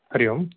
हरिः ओम्